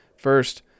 First